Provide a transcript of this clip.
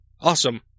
Awesome